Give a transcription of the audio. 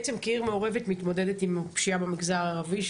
כעיר מעורבת מתמודדת עם הפשיעה במגזר הערבי,